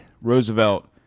Roosevelt